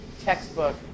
textbook